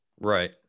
Right